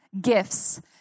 gifts